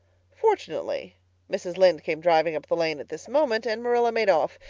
fortunately mrs. lynde came driving up the lane at this moment and marilla made off,